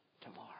tomorrow